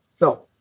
No